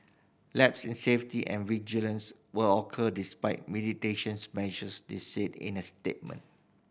lapses in safety and vigilance will occur despite mitigation measures they said in a statement